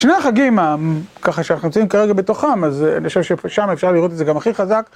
שני החגים ככה שאנחנו נמצאים כרגע בתוכם, אז אני חושב ששם אפשר לראות את זה גם הכי חזק.